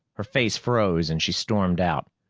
her face froze and she stormed out.